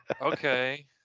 okay